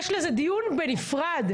יש לזה דיון בנפרד.